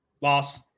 loss